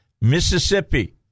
Mississippi